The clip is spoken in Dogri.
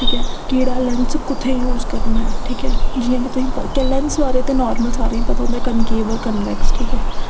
ठीक ऐ केह्ड़ा लैंस कुत्थें यूज करना ऐ ठीक ऐ जि'यां के तुसें लैंस बारे ते नार्मल सारें पता होंदा ऐ कंकेव होर कन्वेक्स ठीक ऐ